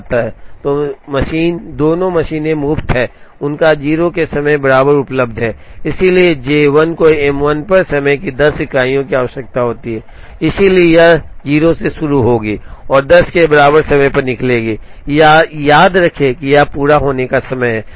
तो मशीन दोनों मशीनें मुफ़्त हैं और उनका समय 0 के बराबर उपलब्ध है इसलिए J 1 को M 1 पर समय की 10 इकाइयों की आवश्यकता होती है इसलिए यह 0 से शुरू होगी और 10 के बराबर समय निकलेगी यह याद रखें कि ये पूरे होने के समय हैं